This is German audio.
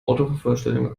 autovervollständigung